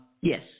Yes